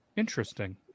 Interesting